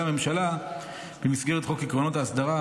הממשלה במסגרת חוק עקרונות ההסדרה,